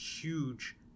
huge